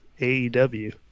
AEW